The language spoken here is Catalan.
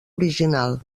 original